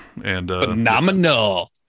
Phenomenal